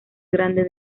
grande